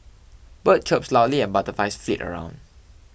bird chirp loudly and butterflies flit around